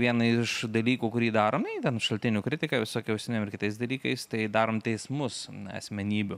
vieną iš dalykų kurį darom nu ten šaltinių kritika visokie užsienio ir kitais dalykais tai darom teismus asmenybių